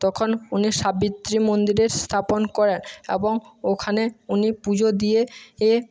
তখন উনি সাবিত্রী মন্দিরের স্তাপন করেন এবং ওখানে উনি পুজো দিয়ে